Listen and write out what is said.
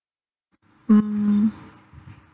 mm